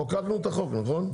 חוקקנו את החוק נכון?